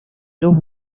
los